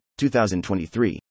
2023